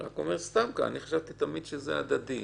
חשבתי שתמיד זה הדדי.